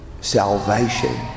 salvation